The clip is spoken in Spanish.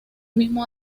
mismo